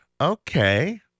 Okay